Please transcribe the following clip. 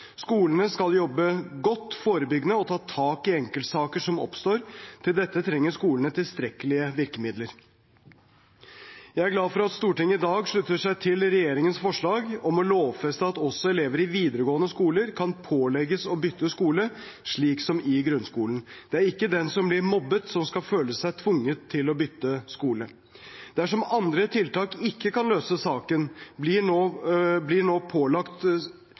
Skolene skal jobbe godt forebyggende og ta tak i enkeltsaker som oppstår. Til dette trenger skolene tilstrekkelig med virkemidler. Jeg er glad for at Stortinget i dag slutter seg til regjeringens forslag om å lovfeste at også elever i videregående skoler kan pålegges å bytte skole, slik som i grunnskolen. Det er ikke den som blir mobbet som skal føle seg tvunget til å bytte skole. Dersom andre tiltak ikke kan løse saken, blir nå pålagt